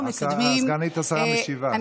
אנחנו מקדמים, סגנית השר משיבה.